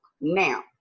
Now